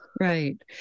Right